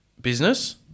business